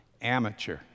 amateur